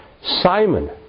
Simon